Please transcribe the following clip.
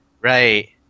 right